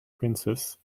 princess